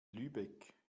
lübeck